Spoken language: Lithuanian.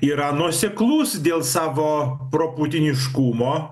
yra nuoseklus dėl savo proputiniškumo